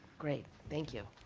great. thank you.